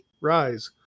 rise